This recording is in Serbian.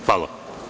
Hvala.